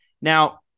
Now